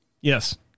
Yes